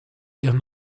ihren